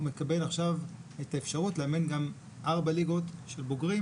הוא מקבל עכשיו את האפשרות לאמן גם ארבע ליגות של בוגרים,